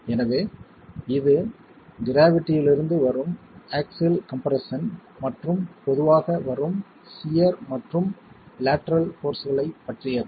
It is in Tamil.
எனவே இது க்ராவிட்டியிலிருந்து வரும் ஆக்ஸில் கம்ப்ரெஸ்ஸன் மற்றும் பொதுவாக வரும் சியர் மற்றும் லேட்டரல் போர்ஸ்களைப் பற்றியது